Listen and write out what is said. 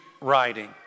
writing